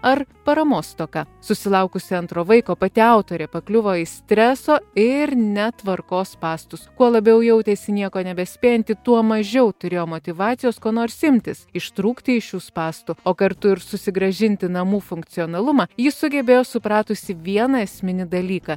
ar paramos stoka susilaukusi antro vaiko pati autorė pakliuvo į streso ir netvarkos spąstus kuo labiau jautėsi nieko nebespėjanti tuo mažiau turėjo motyvacijos ko nors imtis ištrūkti iš šių spąstų o kartu ir susigrąžinti namų funkcionalumą ji sugebėjo supratusi vieną esminį dalyką